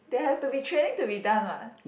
there has to be training to be done what